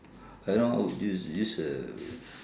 but now I would use use a